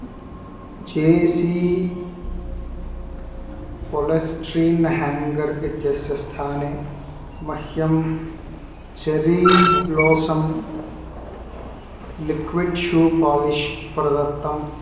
जे C polystyrene hanger इत्यस्य स्थाने मह्यं Cherry Blossom liquid shoe polish प्रदत्तम्